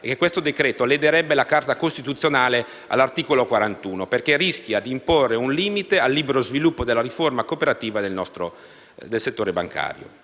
è che questo decreto-legge lederebbe la Carta costituzionale all'articolo 41, perché rischia di imporre un limite al libero sviluppo della forma cooperativa nel settore bancario.